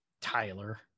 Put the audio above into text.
Tyler